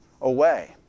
away